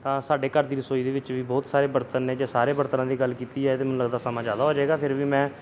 ਤਾਂ ਸਾਡੇ ਘਰ ਦੀ ਰਸੋਈ ਦੇ ਵਿੱਚ ਵੀ ਬਹੁਤ ਸਾਰੇ ਬਰਤਨ ਨੇ ਜੇ ਸਾਰੇ ਬਰਤਨਾਂ ਦੀ ਗੱਲ ਕੀਤੀ ਜਾਵੇ ਤਾਂ ਮੈਨੂੰ ਲੱਗਦਾ ਸਮਾਂ ਜ਼ਿਆਦਾ ਹੋ ਜਾਵੇਗਾ ਫੇਰ ਵੀ ਮੈਂ